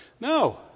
No